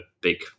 big